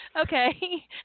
Okay